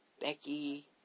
Becky